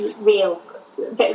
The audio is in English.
real